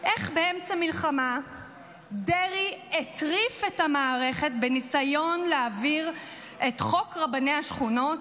איך באמצע מלחמה דרעי הטריף את המערכת בניסיון להעביר את רבני השכונות,